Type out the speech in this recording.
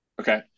Okay